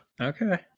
okay